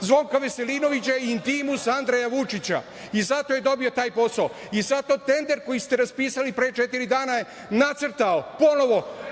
Zvonka Veselinovića i intimus Andreja Vučića i zato je dobio taj posao i sav taj tender koji ste raspisali pre četiri dana je nacrtao ponovo